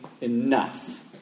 Enough